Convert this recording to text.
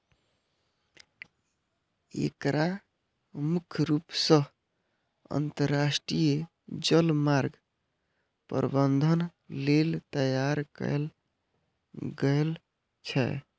एकरा मुख्य रूप सं अंतरराष्ट्रीय जलमार्ग प्रबंधन लेल तैयार कैल गेल छै